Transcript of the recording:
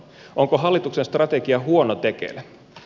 onko hallituksen strategia huono tekele